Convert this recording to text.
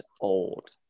old